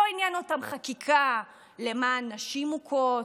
לא עניינה אותם חקיקה למען נשים מוכות,